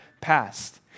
past